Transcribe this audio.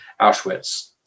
Auschwitz